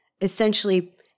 essentially